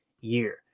year